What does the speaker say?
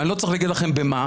אני לא צריך להגיד לכם במה.